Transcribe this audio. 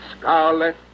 Scarlet